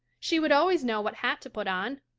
she would always know what hat to put on.